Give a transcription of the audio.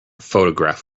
photograph